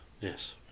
Yes